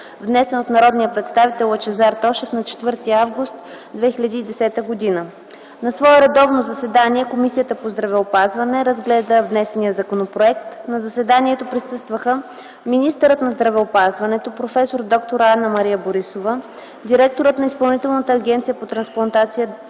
внесен от народния представител Лъчезар Тошев на 4 август 2010 г. На свое редовно заседание Комисията по здравеопазване разгледа внесения Законопроект. На заседанието присъстваха министърът на здравеопазването проф. д-р Анна-Мария Борисова, директорът на Изпълнителната агенция по трансплантация д-р